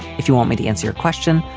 if you want me to answer your question,